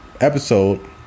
episode